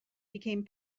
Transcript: became